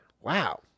wow